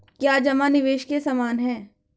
क्या जमा निवेश के समान है?